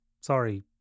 Sorry